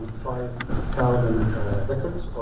five thousand records